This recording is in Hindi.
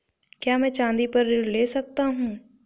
क्या मैं चाँदी पर ऋण ले सकता हूँ?